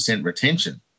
retention